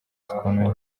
zikomeye